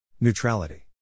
Neutrality